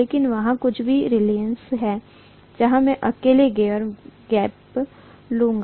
लेकिन वहाँ कुछ ओर रीलक्टन्स है जहाँ मैं अकेले एयर गैप लूँगा